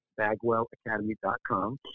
bagwellacademy.com